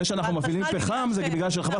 זה שאנחנו מפעילי פחם זה בגלל שחברת